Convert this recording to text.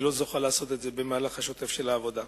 לא זוכה לעשות במהלך השוטף של העבודה.